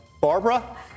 Barbara